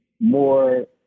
more